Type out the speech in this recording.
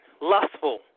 lustful